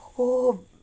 oh